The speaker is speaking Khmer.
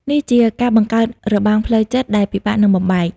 នេះជាការបង្កើតរបាំងផ្លូវចិត្តដែលពិបាកនឹងបំបែក។